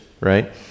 right